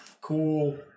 Cool